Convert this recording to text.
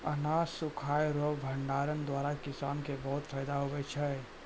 अनाज सुखाय रो भंडारण द्वारा किसान के बहुत फैदा हुवै छै